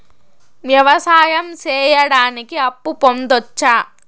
వ్యవసాయం సేయడానికి అప్పు పొందొచ్చా?